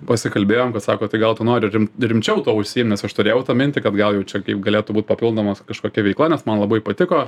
pasikalbėjom kad sako tai gal tu nori rim rimčiau to užsiimt nes aš turėjau tą mintį kad gal jau čia kaip galėtų būt papildomas kažkokia veikla nes man labai patiko